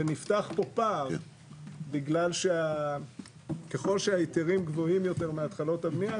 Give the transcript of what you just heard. ונפתח פה פער בגלל שככל שההיתרים גבוהים יותר מהתחלות הבנייה,